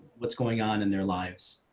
what's going on in their lives.